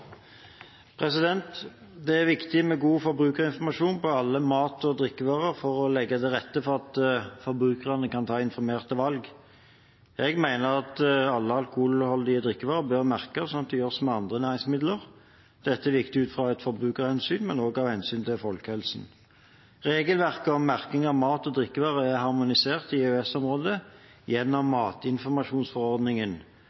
viktig med god forbrukerinformasjon på alle mat- og drikkevarer for å legge til rette for at forbrukerne kan ta informerte valg. Jeg mener at alle alkoholholdige drikkevarer bør merkes, slik det gjøres med andre næringsmidler. Dette er viktig ut fra et forbrukerhensyn, men også av hensyn til folkehelsen. Regelverket om merking av mat- og drikkevarer er harmonisert i EØS-området gjennom matinformasjonsforordningen,